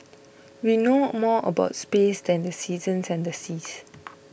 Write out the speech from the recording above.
we know more about space than the seasons and the seas